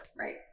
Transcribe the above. Right